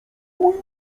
mój